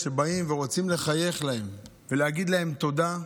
באים ורוצים לחייך אליהם ולהגיד להם תודה,